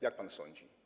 Jak pan sądzi?